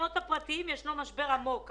ישנו משבר עמוק בנוגע למעונות הפרטיים.